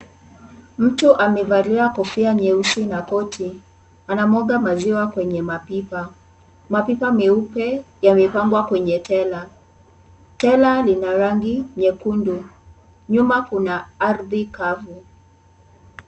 Mtu amevalia kofia nyeusi na koti. Ana mwaga maziwa kwenye mapipa. Mapipa meupe yamepangwa kwenye tela. Tela lina rangi nyekundu. Nyuma kuna ardhi kavu.